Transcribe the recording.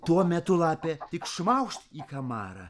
tuo metu lapė tik šmaukšt į kamarą